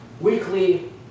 Weekly